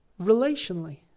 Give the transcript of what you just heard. relationally